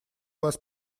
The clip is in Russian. вас